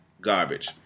garbage